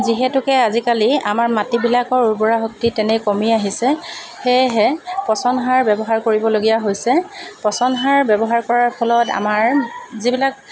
যিহেতুকে আজিকালি আমাৰ মাটিবিলাকৰ উৰ্বৰা শক্তি তেনেই কমি আহিছে সেয়েহে পচন সাৰ ব্যৱহাৰ কৰিবলগীয়া হৈছে পচন সাৰ ব্যৱহাৰ কৰাৰ ফলত আমাৰ যিবিলাক